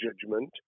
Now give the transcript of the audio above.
judgment